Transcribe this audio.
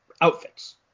outfits